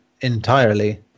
entirely